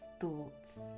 thoughts